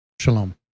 Shalom